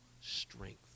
strength